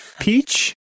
Peach